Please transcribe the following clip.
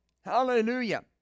Hallelujah